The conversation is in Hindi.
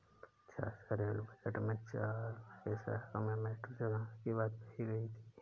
चाचा रेल बजट में चार नए शहरों में मेट्रो चलाने की बात कही गई थी